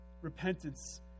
repentance